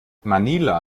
manila